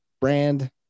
brand